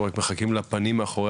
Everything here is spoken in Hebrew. שלום, תודה רבה